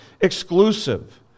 exclusive